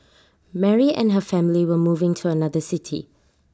Mary and her family were moving to another city